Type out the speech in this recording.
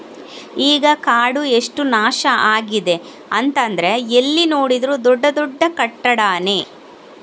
ಈಗ ಕಾಡು ಎಷ್ಟು ನಾಶ ಆಗಿದೆ ಅಂತಂದ್ರೆ ಎಲ್ಲಿ ನೋಡಿದ್ರೂ ದೊಡ್ಡ ದೊಡ್ಡ ಕಟ್ಟಡಾನೇ